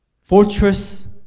Fortress